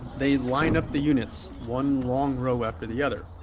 they line up the units, one long row after the other.